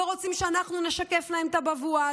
לא רוצים שאנחנו נשקף להם את הבבואה